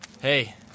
Hey